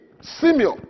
Simeon